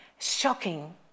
Shocking